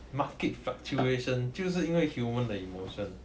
market fluctuations 就是因为 human 的 emotion